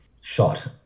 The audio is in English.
shot